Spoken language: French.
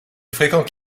fréquente